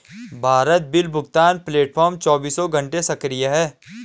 Bharat bill भुगतान platform चौबीसों घंटे सक्रिय है